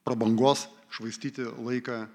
prabangos švaistyti laiką